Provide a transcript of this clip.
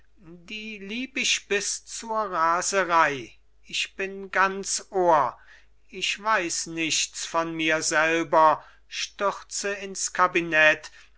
die lieb ich bis zur raserei ich bin ganz ohr ich weiß nichts von mir selber stürze ins kabinett